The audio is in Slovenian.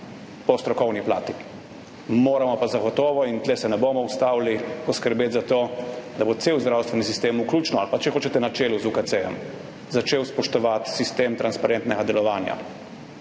po strokovni plati. Moramo pa zagotovo, in tu se ne bomo ustavili, poskrbeti za to, da bo cel zdravstveni sistem, vključno ali pa če hočete na čelu z UKC, začel spoštovati sistem transparentnega delovanja